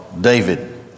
David